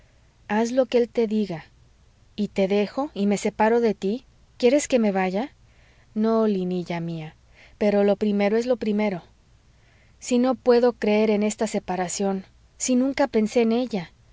haz lo que él te diga y te dejo y me separo de tí quieres que me vaya no linilla mía pero lo primero es lo primero si no puedo creer en esta separación si nunca pensé en ella